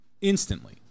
instantly